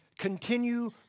Continue